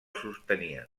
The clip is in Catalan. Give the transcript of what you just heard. sostenien